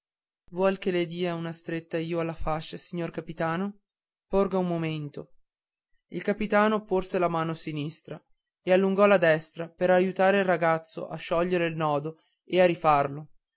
vuol che le dia una stretta io alla fascia signor capitano porga un momento il capitano porse la mano sinistra e allungò la destra per aiutare il ragazzo a sciogliere il nodo e a rifarlo